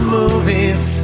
movies